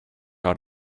out